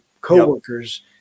coworkers